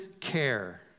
care